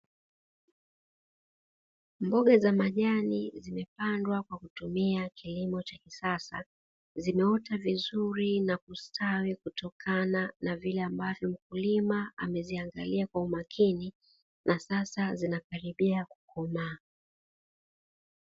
Mboga za majani zimepandwa kwa kutumia kilimo cha kisasa, zimeota vizuri na kustawi kutokana na vile ambavyo mkulima ameziangalia kwa umakini na sasa zinakaribia kukomaa.